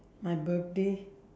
my birthday